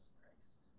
Christ